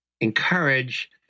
encourage